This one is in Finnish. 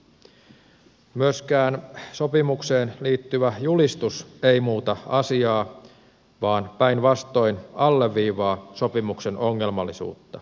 myöskään sopimukseen liittyvä julistus ei muuta asiaa vaan päinvastoin alleviivaa sopimuksen ongelmallisuutta